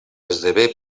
esdevé